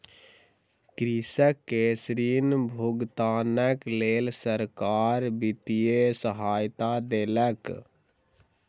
कृषक के ऋण भुगतानक लेल सरकार वित्तीय सहायता देलक